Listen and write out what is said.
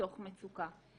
מתוך מצוקה,